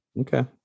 Okay